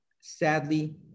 sadly